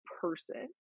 person